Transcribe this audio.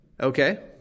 Okay